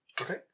Okay